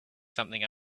something